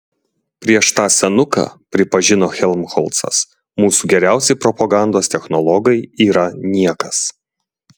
prieš tą senuką pripažino helmholcas mūsų geriausi propagandos technologai yra niekas